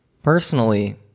Personally